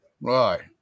Right